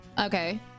Okay